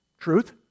truth